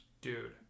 Dude